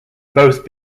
both